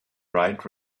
bright